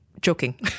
Joking